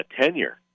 tenure